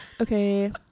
okay